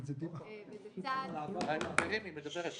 על העבר --- חכימי, היא מדברת.